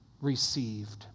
received